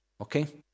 Okay